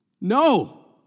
No